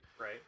Right